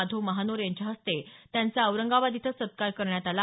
धो महानोर यांच्या हस्ते त्यांचा औरंगाबाद इथं सत्कार करण्यात आला